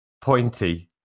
pointy